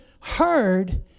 heard